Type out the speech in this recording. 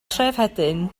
trefhedyn